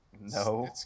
No